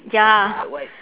ya